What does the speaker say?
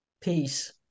peace